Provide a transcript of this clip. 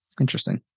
Interesting